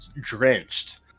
drenched